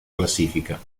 classifica